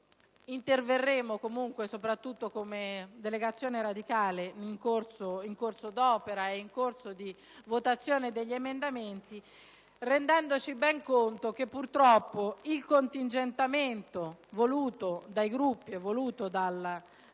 Interverremo, comunque, soprattutto come delegazione radicale, in corso d'opera e in corso di votazione degli emendamenti, anche se ci rendiamo ben conto che purtroppo il contingentamento voluto dai Gruppi e dal Senato